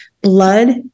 blood